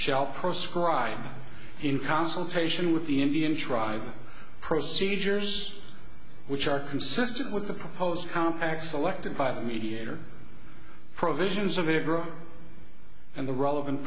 shall prescribe in consultation with the indian tribe procedures which are consistent with the proposed compact selected by the mediator provisions of a group and the relevant